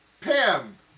Pam